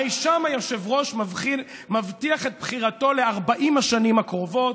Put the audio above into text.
הרי שם היושב-ראש מבטיח את בחירתו ל-40 השנים הקרובות.